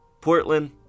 Portland